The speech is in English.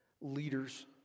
leaders